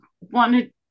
wanted